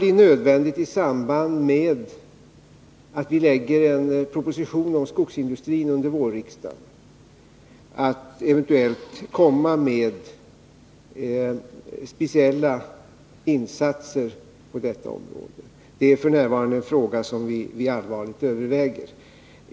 I samband med att vi lägger fram en proposition om skogsindustrin under vårriksdagen kan det bli nödvändigt att föreslå speciella insatser på området. Det är något som vi f.n. allvarligt överväger.